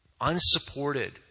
unsupported